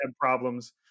problems